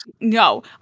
No